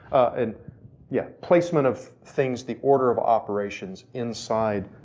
and yeah placement of things, the order of operations inside,